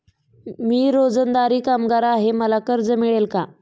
मी रोजंदारी कामगार आहे मला कर्ज मिळेल का?